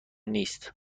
نیست